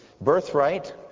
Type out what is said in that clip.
birthright